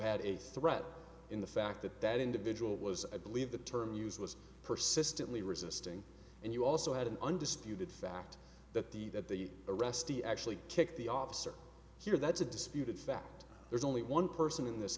had a threat in the fact that that individual was i believe the term used was persistently resisting and you also had an undisputed fact that the that the arrestee actually kicked the officer here that's a disputed fact there's only one person in this